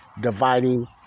dividing